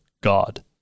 God